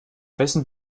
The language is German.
wessen